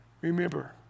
Remember